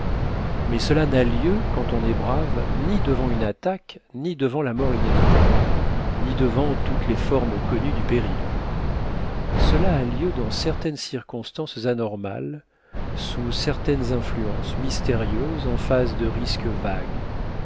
mais cela n'a lieu quand on est brave ni devant une attaque ni devant la mort inévitable ni devant toutes les formes connues du péril cela a lieu dans certaines circonstances anormales sous certaines influences mystérieuses en face de risques vagues